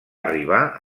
arribar